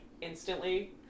instantly